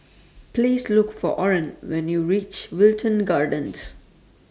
Please Look For Oran when YOU REACH Wilton Gardens